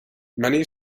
many